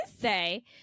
say